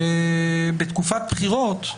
שבתקופת בחירות,